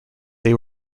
they